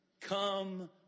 come